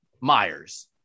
Myers